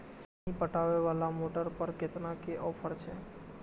पानी पटवेवाला मोटर पर केतना के ऑफर छे?